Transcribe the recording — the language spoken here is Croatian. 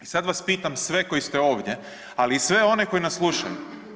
I sad vas pitam sve koji ste ovdje, ali i sve one koji nas slušaju.